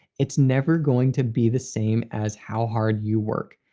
it's never going to be the same as how hard you work.